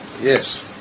Yes